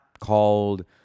called